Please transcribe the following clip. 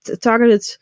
targeted